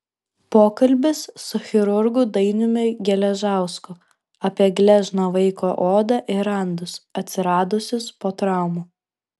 pokalbis su chirurgu dainiumi geležausku apie gležną vaiko odą ir randus atsiradusius po traumų